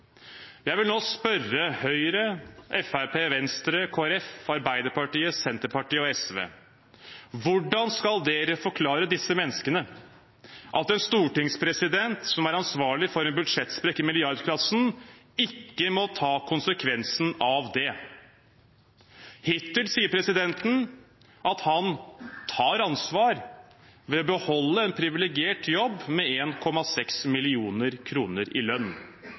Jeg vil nå spørre Høyre, Fremskrittspartiet, Venstre, Kristelig Folkeparti, Arbeiderpartiet, Senterpartiet og SV: Hvordan skal dere forklare disse menneskene at en stortingspresident som er ansvarlig for en budsjettsprekk i milliardklassen, ikke må ta konsekvensen av det? Hittil sier presidenten at han tar ansvar ved å beholde en privilegert jobb med 1,6 mill. kr i lønn.